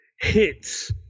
hits